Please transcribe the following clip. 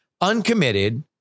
Uncommitted